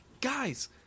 guys